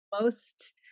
most-